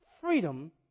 freedom